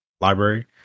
library